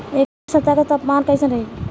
एह सप्ताह के तापमान कईसन रही?